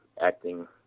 acting